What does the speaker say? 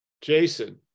Jason